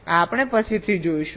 આ આપણે પછીથી જોઈશું